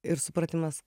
ir supratimas